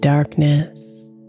Darkness